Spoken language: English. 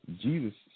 Jesus